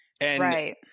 Right